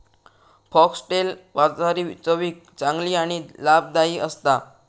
foxtail बाजरी चवीक चांगली आणि लाभदायी असता